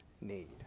need